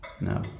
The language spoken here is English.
No